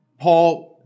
Paul